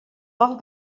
vol